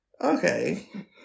Okay